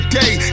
day